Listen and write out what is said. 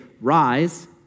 rise